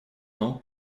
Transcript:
nom